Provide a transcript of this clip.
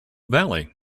valley